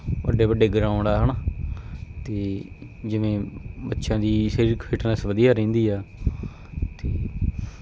ਵੱਡੇ ਵੱਡੇ ਗਰਾਊਂਡ ਆ ਹੈ ਨਾ ਅਤੇ ਜਿਵੇਂ ਬੱਚਿਆਂ ਦੀ ਸਰੀਰਿਕ ਫਿਟਨੈਸ ਵਧੀਆ ਰਹਿੰਦੀ ਆ ਅਤੇ